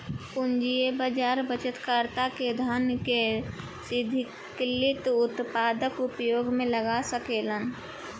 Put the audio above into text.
पूंजी बाजार बचतकर्ता के धन के दीर्घकालिक उत्पादक उपयोग में लगा सकेलन